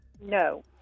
no